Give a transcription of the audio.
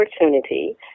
opportunity